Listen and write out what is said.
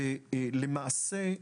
למעשה,